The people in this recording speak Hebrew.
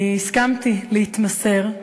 הסכמתי להתמסר,